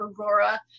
Aurora